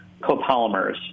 copolymers